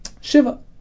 Shiva